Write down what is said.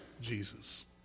Jesus